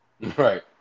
right